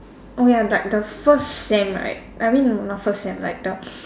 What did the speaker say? oh ya but the first sem right I mean no not first sem like the